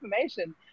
information